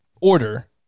order